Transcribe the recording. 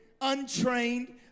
untrained